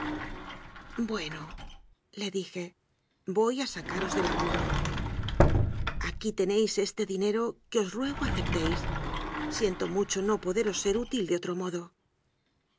amante buenole dije voy a sacaros del apuro aquí tenéis este dinero que os ruego aceptéis siento mucho no poderos ser útil de otro modo